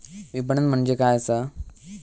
विपणन म्हणजे काय असा?